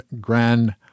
grand